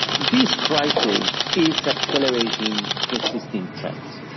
these crisis is accelerating pre-existing trends,